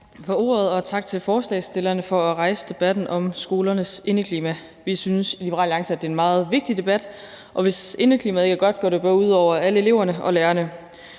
for ordet, og tak til forslagsstillerne for at rejse debatten om skolernes indeklima. Vi synes i Liberal Alliance, at det er en meget vigtig debat, for hvis indeklimaet ikke er godt, går det både ud over alle eleverne og lærerne.